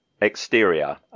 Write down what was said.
exterior